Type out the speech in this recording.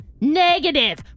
Negative